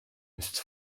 ist